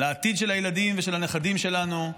לעתיד של הילדים ושל הנכדים שלנו,